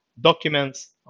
Documents